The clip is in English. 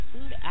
Food